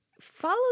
follow